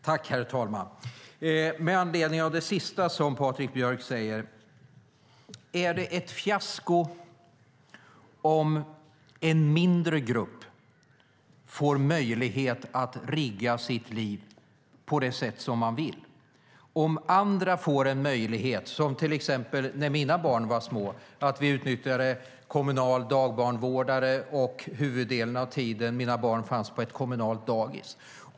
Herr talman! Med anledning av det sista som Patrik Björck sade: Är det ett fiasko om en mindre grupp får möjlighet att ordna sina liv på det sätt de vill? Säg att andra får möjlighet att till exempel göra som vi gjorde när mina barn var små. Vi utnyttjade kommunal dagbarnvårdare, och mina barn fanns huvuddelen av tiden på ett kommunalt dagis.